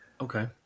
Okay